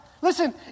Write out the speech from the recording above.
Listen